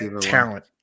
talent